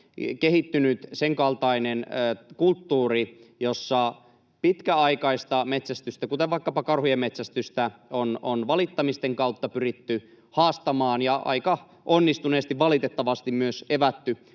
kehittynyt sen kaltainen kulttuuri, jossa pitkäaikaista metsästystä — kuten vaikkapa karhujen metsästystä — on valittamisten kautta pyritty haastamaan ja aika onnistuneesti valitettavasti myös evätty